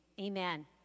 Amen